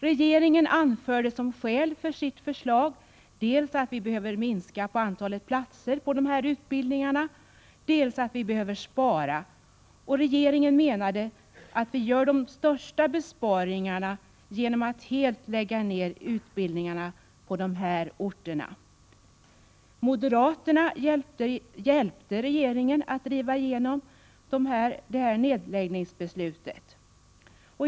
Regeringen anförde som skäl för sitt förslag dels att vi behöver minska antalet platser på de här utbildningarna, dels att vi behöver spara, och regeringen menade att vi gör de största besparingarna genom att helt lägga ned utbildningarna på de här orterna. Moderaterna hjälpte regeringen att driva igenom de här nedläggningsbesluten.